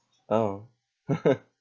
oh